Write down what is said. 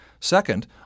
Second